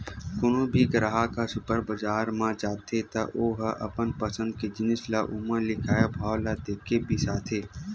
कोनो भी गराहक ह सुपर बजार म जाथे त ओ ह अपन पसंद के जिनिस ल ओमा लिखाए भाव ल देखके बिसाथे